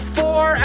four